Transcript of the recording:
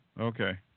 Okay